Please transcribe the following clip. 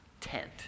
tent